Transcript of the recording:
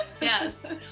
Yes